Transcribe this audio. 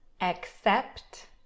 accept